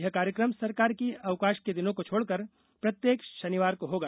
यह कार्यक्रम सरकारी अवकाश के दिनों को छोड़कर प्रत्येक शनिवार को होगा